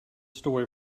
story